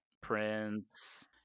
Prince